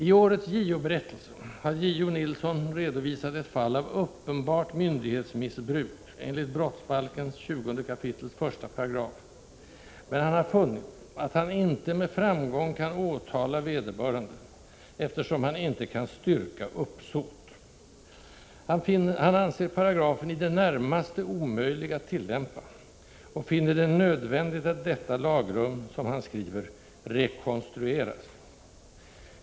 I årets JO-berättelse har JO Nilsson redovisat ett fall av uppenbart myndighetsmissbruk enligt brottsbalkens 20 kap. 1 §, men han har funnit att han inte med framgång kan åtala vederbörande eftersom han inte kan styrka uppsåt. Han anser paragrafen i det närmaste omöjlig att tillämpa och finner det nödvändigt att detta lagrum, som han skriver, ”rekonstrueras”.